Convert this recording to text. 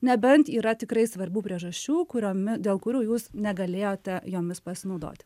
nebent yra tikrai svarbių priežasčių kuriomi dėl kurių jūs negalėjote jomis pasinaudoti